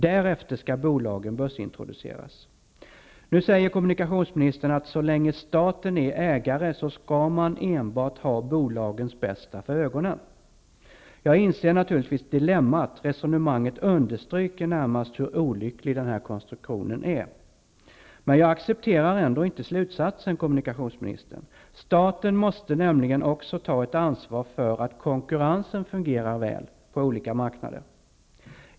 Därefter skall bolagen börsintroduceras. Nu säger kommunikationsministern att så länge staten är ägare skall man enbart ha bolagens bästa för ögonen. Jag inser naturligtvis dilemmat. Resonemanget understryker närmast hur olycklig konstruktionen är. Men jag accepterar ändå inte slutsatsen, kommunikationsministern. Staten måste nämligen också ta ett ansvar för att konkurrensen fungerar väl på olika marknader.